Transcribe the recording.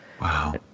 Wow